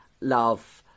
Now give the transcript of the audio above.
love